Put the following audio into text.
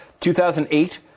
2008